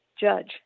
judge